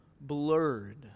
blurred